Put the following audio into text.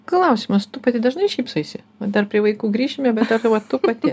klausimas tu pati dažnai šypsaisi va dar prie vaikų grįšime bet vat tu pati